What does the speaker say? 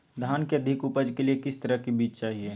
धान की अधिक उपज के लिए किस तरह बीज चाहिए?